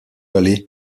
aller